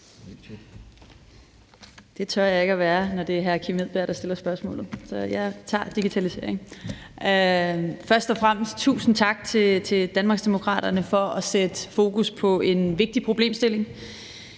Det tør jeg ikke at være, når det er hr. Kim Edberg Andersen, der stiller spørgsmålet, så jeg tager digitalisering. Først og fremmest tusind tak til Danmarksdemokraterne for at sætte fokus på en vigtig problemstilling.